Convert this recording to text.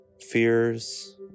fears